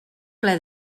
ple